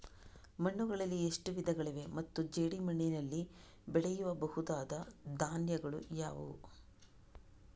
ಮಣ್ಣುಗಳಲ್ಲಿ ಎಷ್ಟು ವಿಧಗಳಿವೆ ಮತ್ತು ಜೇಡಿಮಣ್ಣಿನಲ್ಲಿ ಬೆಳೆಯಬಹುದಾದ ಧಾನ್ಯಗಳು ಯಾವುದು?